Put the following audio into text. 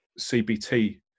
CBT